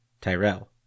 Tyrell